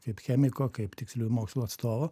kaip chemiko kaip tiksliųjų mokslų atstovo